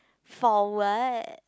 forward